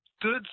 good